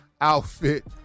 outfit